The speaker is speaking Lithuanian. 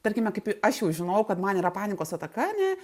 tarkime kaip aš jau žinojau kad man yra panikos ataka ane